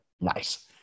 Nice